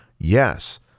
Yes